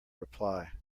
reply